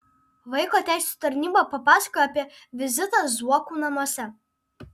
vaiko teisių tarnyba papasakojo apie vizitą zuokų namuose